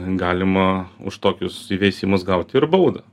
galima už tokius įveisimus gauti ir baudą